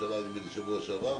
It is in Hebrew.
נדמה לי בשבוע שעבר,